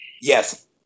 Yes